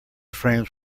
frames